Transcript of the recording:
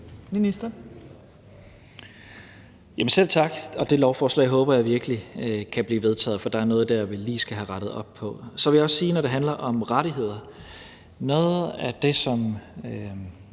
Tesfaye): Selv tak. Og det lovforslag håber jeg virkelig kan blive vedtaget, for der er noget der, vi lige skal have rettet op på. Så vil jeg også sige, når det handler om rettigheder, at noget af det, som